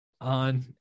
on